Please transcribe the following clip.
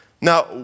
Now